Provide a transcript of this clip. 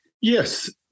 Yes